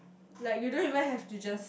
like you don't even have to just